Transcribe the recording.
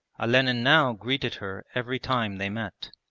olenin now greeted her every time they met.